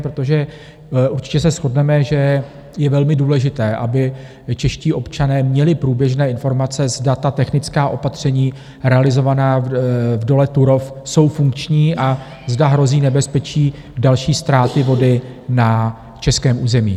Protože určitě se shodneme, že je velmi důležité, aby čeští občané měli průběžné informace, zda technická opatření realizovaná v dole Turów jsou funkční a zda hrozí nebezpečí další ztráty vody na českém území.